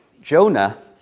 Jonah